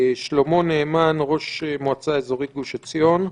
לשלמה נאמן, ראש מועצה אזורית גוש עציון.